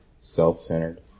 self-centered